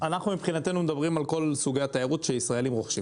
אנחנו מדברים על כל סוגי התיירות שישראלים רוכשים.